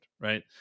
right